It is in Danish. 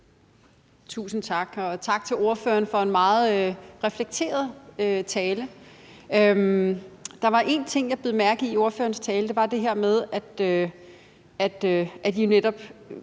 Tusind tak. Og tak til ordføreren for en meget reflekteret tale. Der var en ting, jeg bed mærke i i ordførerens tale, og det var det her med, at ordføreren